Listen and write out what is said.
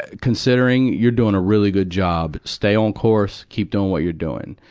ah considering, you're doing a really good job. stay on course, keep doing what you're doing.